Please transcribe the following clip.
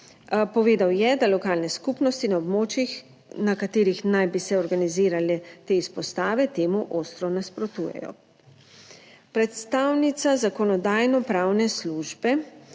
Povedal je, da lokalne skupnosti na območjih, na katerih naj bi se organizirale te izpostave, temu ostro nasprotujejo. Predstavnica Zakonodajno-pravne službe